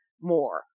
more